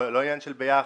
זה לא עניין של ביחד.